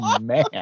man